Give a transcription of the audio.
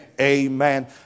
Amen